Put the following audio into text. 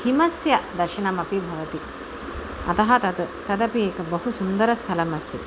हिमस्य दर्शनमपि भवति अतः तत् तदपि एकं बहु सुन्दरं स्थलमस्ति